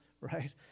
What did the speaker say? right